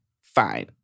Fine